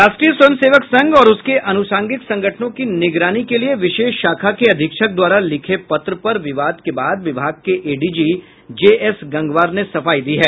राष्ट्रीय स्वयं सेवक संघ और उसके आनूषांगिक संगठनों की निगरानी के लिये विशेष शाखा के अधीक्षक द्वारा लिखे पत्र पर विवाद के बाद विभाग के एडीजी जेएस गंगवार ने सफाई दी है